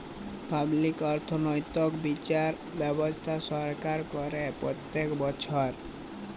public অর্থনৈতিক্যে বিচার ব্যবস্থা সরকার করে প্রত্যক বচ্ছর